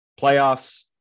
playoffs